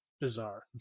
bizarre